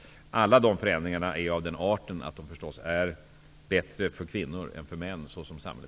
Alla dessa förändringar är av den arten att de såsom samhället ser ut är bättre för kvinnor än för män.